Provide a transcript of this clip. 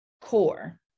core